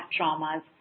traumas